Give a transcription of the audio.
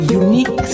unique